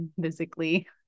physically